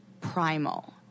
primal